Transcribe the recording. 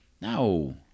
No